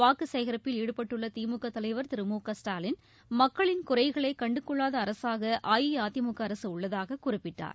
வாக்கு சேகரிப்பில் ஈடுபட்ட திமுக தலைவர் திரு மு க ஸ்டாலின் மக்களின் குறைகளை கண்டுகொள்ளாத அரசாக அஇஅதிமுக அரசு உள்ளதாகக் குறிப்பிட்டார்